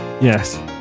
yes